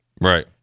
Right